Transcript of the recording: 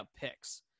picks